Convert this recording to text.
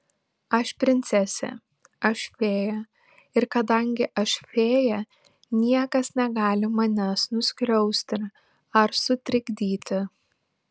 aš princesė aš fėja ir kadangi aš fėja niekas negali manęs nuskriausti ar sutrikdyti